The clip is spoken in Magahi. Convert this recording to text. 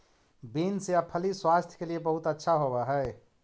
बींस या फली स्वास्थ्य के लिए बहुत अच्छा होवअ हई